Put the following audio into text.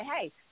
hey